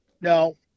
No